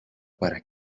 para